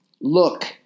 look